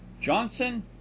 Johnson